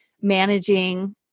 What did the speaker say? managing